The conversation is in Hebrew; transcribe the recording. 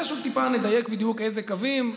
יש עוד טיפה, נדייק, בדיוק איזה קווים.